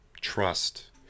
trust